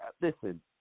Listen